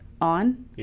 on